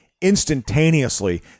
instantaneously